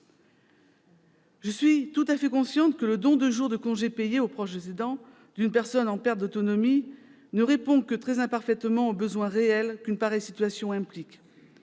Je suis tout à fait consciente que le don de jours de congés payés au proche aidant d'une personne en perte d'autonomie ne répond que très imparfaitement aux besoins réels qu'une pareille situation implique